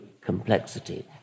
complexity